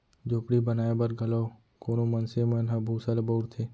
झोपड़ी बनाए बर घलौ कोनो मनसे मन ह भूसा ल बउरथे